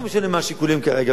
לא משנה מה השיקולים כרגע,